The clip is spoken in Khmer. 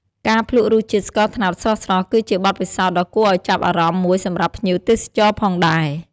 ការភ្លក់រសជាតិស្ករត្នោតស្រស់ៗ គឺជាបទពិសោធន៍ដ៏គួរឲ្យចាប់អារម្មណ៍មួយសម្រាប់ភ្ញៀវទេសចរផងដែរ។